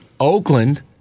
Oakland